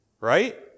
right